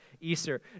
Easter